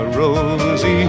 rosy